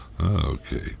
Okay